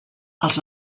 els